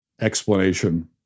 explanation